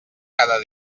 cada